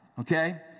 okay